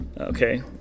okay